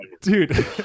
dude